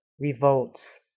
revolts